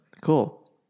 cool